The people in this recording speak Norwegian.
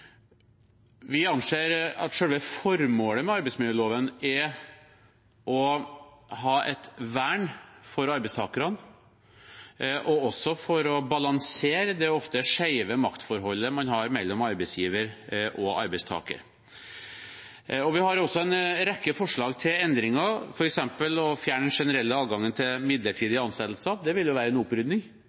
Vi anser at selve formålet med arbeidsmiljøloven er å ha et vern for arbeidstakerne og å balansere det ofte skjeve maktforholdet mellom arbeidsgiver og arbeidstaker. Vi har også en rekke forslag til endringer, f.eks. å fjerne den generelle adgangen til midlertidige ansettelser. Det ville jo være en